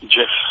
Jeff